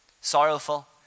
Sorrowful